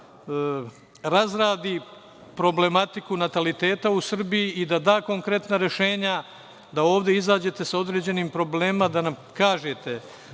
da razradi problematiku nataliteta u Srbiji i da da konkretna rešenja, da ovde izađete sa određenim problemima, da nam kažete